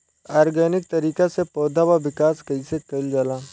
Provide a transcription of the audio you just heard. Organic तरीका से पौधा क विकास कइसे कईल जाला?